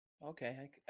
Okay